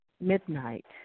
Midnight